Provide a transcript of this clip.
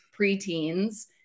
preteens